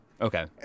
Okay